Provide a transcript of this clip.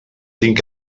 tinc